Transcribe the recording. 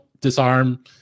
Disarm